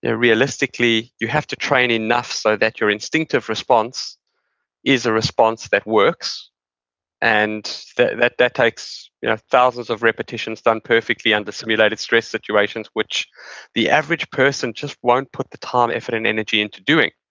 ah realistically, you have to train enough so that your instinctive response is a response that works and that that takes yeah thousands of repetitions done perfectly under simulated stress situations, which the average person just won't put the time, effort, and energy into doing,